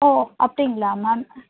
ஓ அப்படிங்களா மேம்